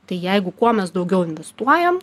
tai jeigu kuo mes daugiau investuojam